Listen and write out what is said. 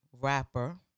Rapper